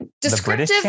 descriptive